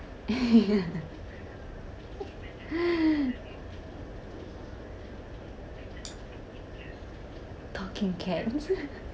talking cats